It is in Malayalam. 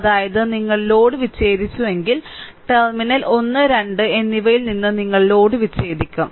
അതായത് നിങ്ങൾ ലോഡ് വിച്ഛേദിച്ചുവെങ്കിൽ ടെർമിനൽ 1 2 എന്നിവയിൽ നിന്ന് നിങ്ങൾ ലോഡ് വിച്ഛേദിക്കും